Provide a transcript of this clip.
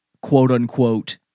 quote-unquote